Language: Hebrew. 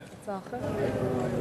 חברי חברי הכנסת, לנושא הבא על סדר-היום: